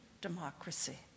democracy